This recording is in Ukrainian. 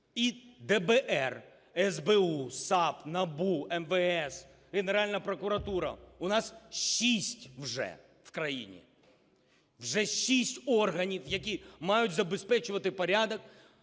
і ДБР, СБУ, САП, НАБУ, МВС, Генеральна прокуратура. У нас шість вже в країні, вже шість органів, які мають забезпечувати порядок,